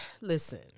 listen